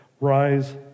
rise